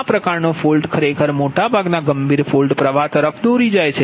આ પ્રકારનો ફોલ્ટ ખરેખર મોટા ભાગના ગંભીર ફોલ્ટ પ્રવાહ તરફ દોરી જાય છે